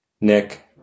Nick